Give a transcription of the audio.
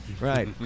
Right